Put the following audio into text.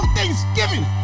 Thanksgiving